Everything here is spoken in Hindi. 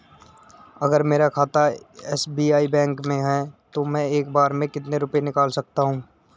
अगर मेरा खाता एस.बी.आई बैंक में है तो मैं एक बार में कितने रुपए निकाल सकता हूँ?